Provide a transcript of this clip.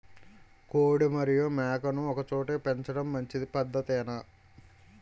కోడి మరియు మేక ను ఒకేచోట పెంచడం మంచి పద్ధతేనా?